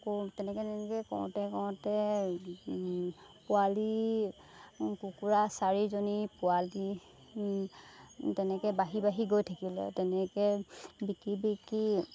তেনেকৈ তেনেকৈ কৰোঁতে কৰোঁতে পোৱালি কুকুৰা চাৰিজনী পোৱালি তেনেকৈ বাঢ়ি বাঢ়ি গৈ থাকিলে তেনেকৈ বিকি বিকি